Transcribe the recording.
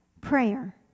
prayer